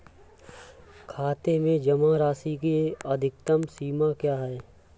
खाते में जमा राशि की अधिकतम सीमा क्या है?